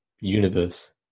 universe